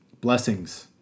Blessings